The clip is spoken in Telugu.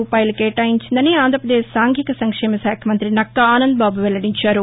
రూపాయలు కేటాయించిందని ఆంధ్రప్రదేశ్ సాంఘీక సంక్షేమ శాఖ మంతి నక్నా ఆనందబాబు వెల్లడించారు